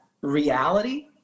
reality